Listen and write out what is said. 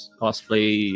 cosplay